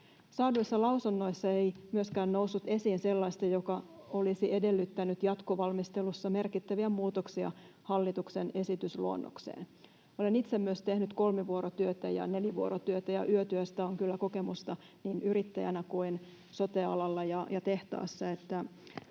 Saaduissa lausunnoissa ei myöskään noussut esiin sellaista, joka olisi edellyttänyt jatkovalmistelussa merkittäviä muutoksia hallituksen esitysluonnokseen. Olen myös itse tehnyt kolmivuorotyötä ja nelivuorotyötä, ja yötyöstä on kyllä kokemusta niin yrittäjänä kuin sote-alalla ja tehtaassa,